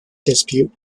dispute